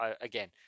again